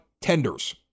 tenders